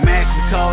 Mexico